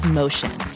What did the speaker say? motion